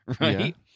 right